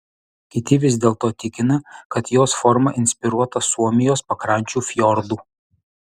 kiti vis dėlto tikina kad jos forma inspiruota suomijos pakrančių fjordų